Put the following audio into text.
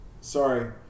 Sorry